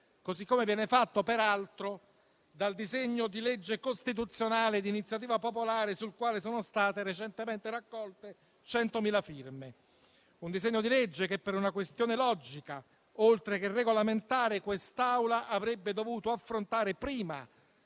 come viene fatto peraltro dal disegno di legge costituzionale di iniziativa popolare per il quale sono state recentemente raccolte 100.000 firme e che, per una questione logica, oltre che regolamentare, quest'Assemblea avrebbe dovuto affrontare prima